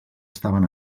estaven